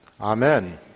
Amen